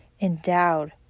endowed